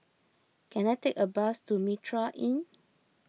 can I take a bus to Mitraa Inn